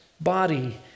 body